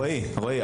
רועי,